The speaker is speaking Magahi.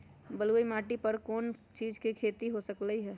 बलुई माटी पर कोन कोन चीज के खेती हो सकलई ह?